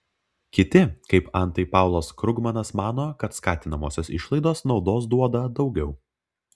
kiti kaip antai paulas krugmanas mano kad skatinamosios išlaidos naudos duoda daugiau